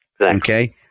Okay